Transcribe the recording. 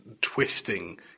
twisting